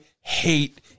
hate